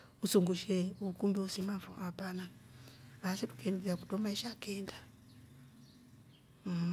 Uzuungushie ukumbi uzuma fo hapana laaze kute ngeikia kuto maisha kenga mhh.